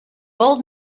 old